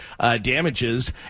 damages